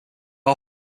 all